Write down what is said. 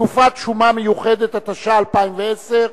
(תקופת שומה מיוחדת), התש"ע-2010,